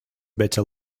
better